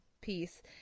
piece